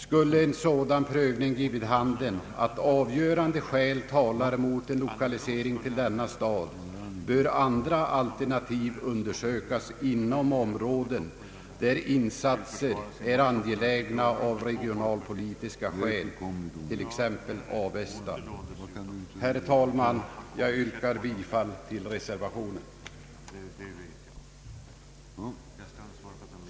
Skulle en sådan prövning ge vid handen att avgörande skäl talar mot en lokalisering till denna stad bör andra alternativ enligt reservanternas mening undersökas inom områden där insatser är angelägna av regionalpolitiska skäl t.ex. Avesta. Jag yrkar, herr talman, bifall till reservationen av herr Per Jacobsson m.fl.